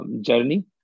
journey